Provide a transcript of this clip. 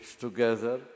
together